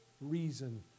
reason